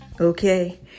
okay